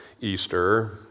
Easter